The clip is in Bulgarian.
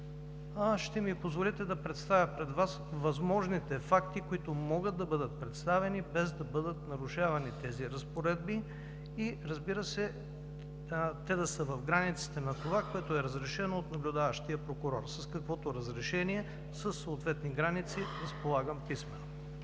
ще ми позволите да представя пред Вас възможните факти, които могат да бъдат представени, без да бъдат нарушавани тези разпоредби и, разбира се, те да са в границите на това, което е разрешено от наблюдаващия прокурор, с каквото разрешение, със съответни граници, разполагам писмено.